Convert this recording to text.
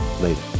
Later